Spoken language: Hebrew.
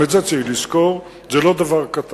גם את זה צריך לזכור, זה לא דבר קטן.